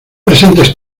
presentes